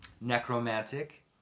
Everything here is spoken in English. Necromantic